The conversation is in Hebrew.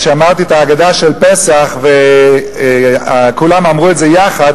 כי כשאמרתי את ההגדה של פסח וכולם אמרו את זה יחד,